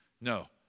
no